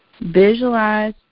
Visualize